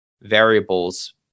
variables